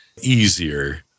easier